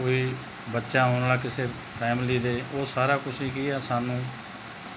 ਕੋਈ ਬੱਚਾ ਆਉਣ ਵਾਲਾ ਕਿਸੇ ਫੈਮਲੀ ਦੇ ਉਹ ਸਾਰਾ ਕੁਛ ਹੀ ਕੀ ਆ ਸਾਨੂੰ